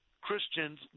christians